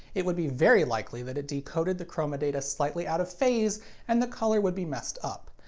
it would be very likely that it decoded the chroma data slightly out of phase and the color would be messed up.